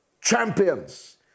champions